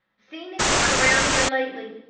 seen anyone around here lately?